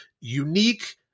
unique